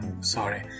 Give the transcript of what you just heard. sorry